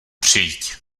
přijď